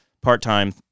part-time